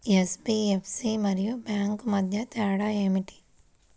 NBFC మరియు bank మధ్య తేడా ఏమిటీ?